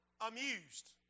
amused